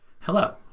Hello